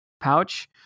pouch